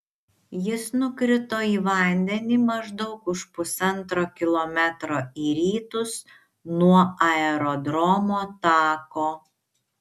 jis nukrito į vandenį maždaug už pusantro kilometro į rytus nuo aerodromo tako